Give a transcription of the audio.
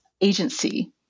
agency